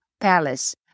palace